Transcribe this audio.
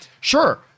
Sure